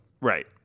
Right